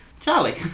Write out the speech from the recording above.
Charlie